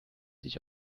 sich